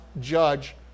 judge